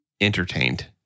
entertained